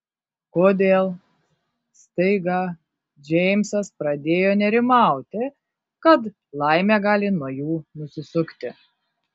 kodėl staiga džeimsas pradėjo nerimauti kad laimė gali nuo jų nusisukti